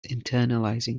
internalizing